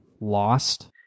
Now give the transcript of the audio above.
lost